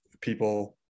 people